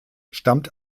stammt